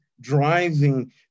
driving